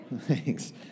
Thanks